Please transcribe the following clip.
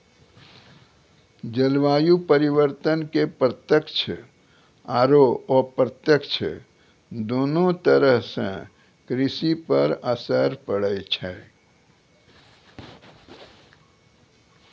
जलवायु परिवर्तन के प्रत्यक्ष आरो अप्रत्यक्ष दोनों तरह सॅ कृषि पर असर पड़ै छै